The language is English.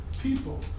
people